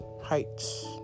heights